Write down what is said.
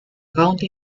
county